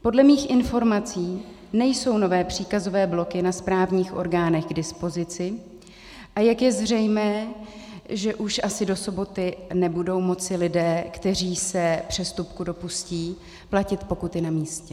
Podle mých informací nejsou nové příkazové bloky na správních orgánech k dispozici, a jak je zřejmé, už asi do soboty nebudou moci lidé, kteří se přestupku dopustí, platit pokuty na místě.